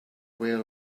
aware